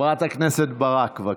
חברת הכנסת ברק, בבקשה.